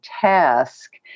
task